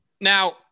Now